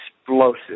explosive